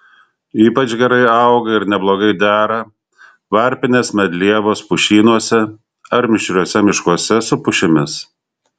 ypač gerai auga ir neblogai dera varpinės medlievos pušynuose ar mišriuose miškuose su pušimis